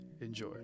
enjoy